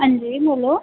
हंजी बोल्लो